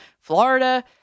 Florida